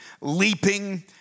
leaping